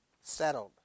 Settled